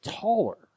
taller